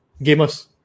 gamers